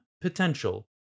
potential